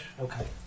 Okay